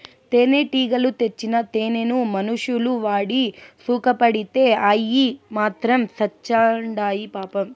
తేనెటీగలు తెచ్చిన తేనెను మనుషులు వాడి సుకపడితే అయ్యి మాత్రం సత్చాండాయి పాపం